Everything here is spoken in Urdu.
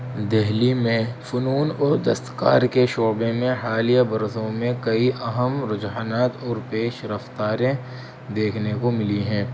دہلی میں فنون اور دستکار کے شعبے میں حالیہ برسوں میں کئی اہم رجحانات اور پیش رفتاریں دیکھنے کو ملی ہیں